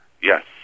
Yes